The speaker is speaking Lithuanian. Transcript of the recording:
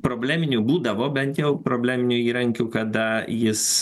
probleminių būdavo bent jau probleminių įrankių kada jis